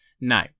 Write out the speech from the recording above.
No